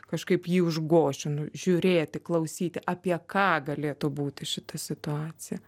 kažkaip jį užgošiu žiūrėti klausyti apie ką galėtų būti šita situacija